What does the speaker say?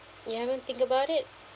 you haven't think about it